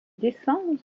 descendre